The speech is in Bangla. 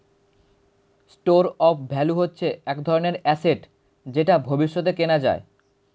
স্টোর অফ ভ্যালু হচ্ছে এক ধরনের অ্যাসেট যেটা ভবিষ্যতে কেনা যায়